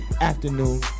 afternoon